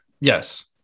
Yes